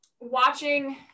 watching